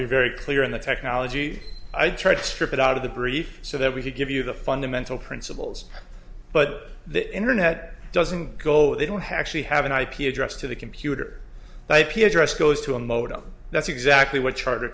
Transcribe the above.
clear on the technology i tried to strip it out of the brief so that we could give you the fundamental principles but the internet doesn't go they don't have actually have an ip address to the computer by p address goes to a modem that's exactly what charter